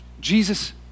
Jesus